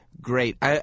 great